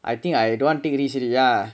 I think I don't want to take risk already ya